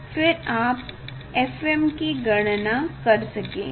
फिर आप fm की गणना कर सकेंगे